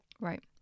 Right